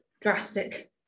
drastic